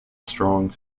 strong